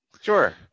Sure